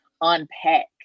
unpack